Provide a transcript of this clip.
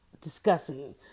discussing